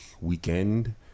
weekend